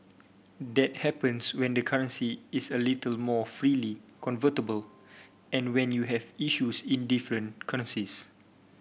that happens when the currency is a little more freely convertible and when you have issues in different currencies